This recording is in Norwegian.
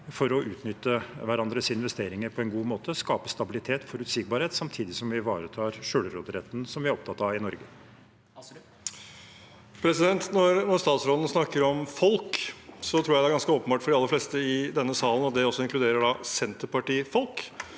for å utnytte hverandres investeringer på en god måte, skape stabilitet og forutsigbarhet samtidig som vi ivaretar selvråderetten, som vi er opptatt av i Norge. Nikolai Astrup (H) Når statsråden snak- ker om folk, tror jeg det er ganske åpenbart for de aller fleste i denne salen at det også inkluderer Senterpartifolk